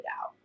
out